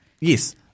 Yes